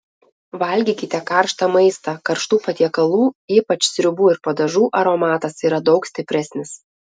valgykite karštą maistą karštų patiekalų ypač sriubų ir padažų aromatas yra daug stipresnis